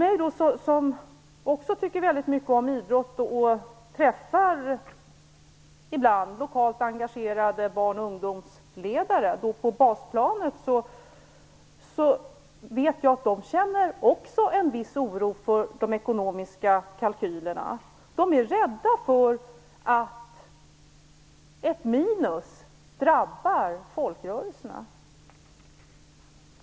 Jag tycker också väldigt mycket om idrott, och jag träffar ibland lokalt engagerade barn och ungdomsledare på basplanet. Jag vet att de också känner en viss oro för de ekonomiska kalkylerna. De är rädda för att ett minus kommer att drabba folkrörelserna.